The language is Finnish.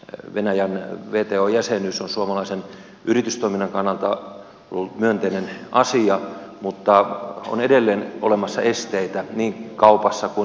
venäjän wto jäsenyys on suomalaisen yritystoiminnan kannalta myönteinen asia mutta on edelleen olemassa esteitä niin kaupassa kuin liikkumisessa